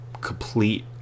complete